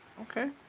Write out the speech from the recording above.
okay